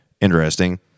Interesting